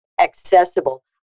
accessible